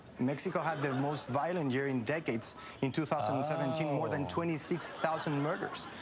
mexico have the most violent year in decades in two thousand and seventeen. oh! more than twenty six thousand murders.